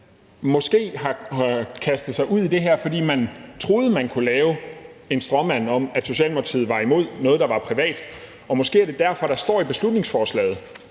måske har kastet sig ud i det her, fordi de troede, at de kunne lave en stråmand, der gik på, at Socialdemokratiet er imod noget, der er privat. Det er måske derfor, at der står i beslutningsforslaget,